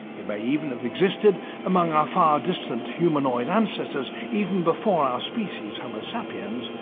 it may even have existed among our far distant humanoid ancestors even before our species, homo sapiens,